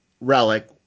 relic